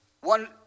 One